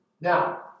Now